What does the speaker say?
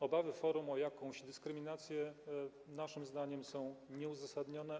Obawy forum o jakąś dyskryminację naszym zdaniem są nieuzasadnione.